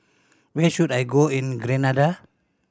where should I go in Grenada